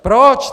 Proč?